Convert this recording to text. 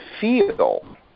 feel